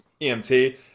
emt